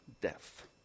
death